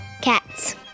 Cats